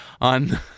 on